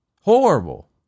Horrible